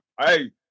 Hey